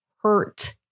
hurt